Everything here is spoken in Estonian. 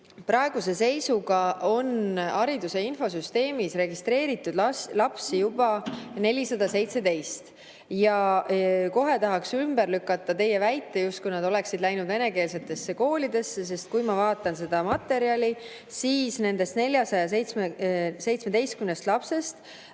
Praeguse seisuga on hariduse infosüsteemis registreeritud juba 417 last. Kohe tahaks ümber lükata teie väite, justkui nad oleksid läinud venekeelsetesse koolidesse. Kui ma vaatan seda materjali, siis näen, et nendest 417 lapsest